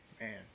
Man